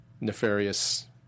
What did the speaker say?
nefarious